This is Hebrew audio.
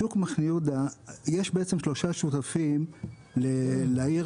שוק מחנה יהודה בעצם יש שלושה שותפים להרים את העיר